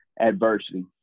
adversity